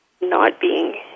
Not-being